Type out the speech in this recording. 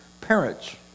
parents